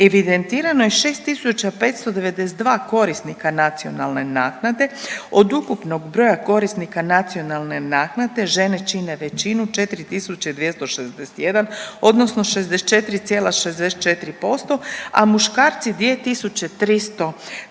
evidentirano je 6.592 korisnika nacionalne naknade. Od ukupnog broja korisnika nacionalne naknade žene čine većinu 4.261 odnosno 64,64%, a muškarci 2.331